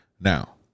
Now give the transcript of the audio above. Now